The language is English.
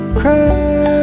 cry